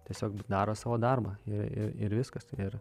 tiesiog daro savo darbą ir ir viskas ir